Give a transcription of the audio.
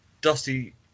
Dusty